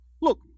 Look